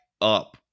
up